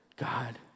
God